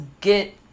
get